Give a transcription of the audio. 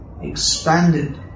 expanded